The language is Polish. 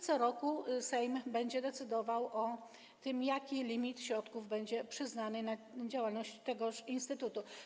Co roku Sejm będzie decydował o tym, jaki limit środków będzie przyznawany na działalność tegoż instytutu.